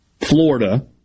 Florida